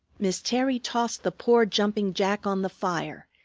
miss terry tossed the poor jumping-jack on the fire,